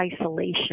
isolation